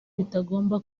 bitagomba